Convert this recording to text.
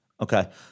Okay